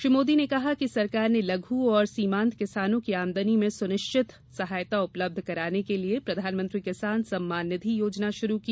श्री मोदी ने कहा कि सरकार ने लघु और सीमांत किसानों की आमदनी में सुनिश्चित सहायता उपलब्ध कराने के लिए प्रधानमंत्री किसान सम्मान निधि योजना शुरू की